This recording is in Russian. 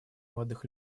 молодых